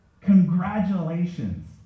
congratulations